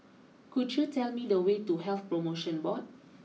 could you tell me the way to Health promotion Board